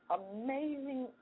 amazing